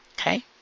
okay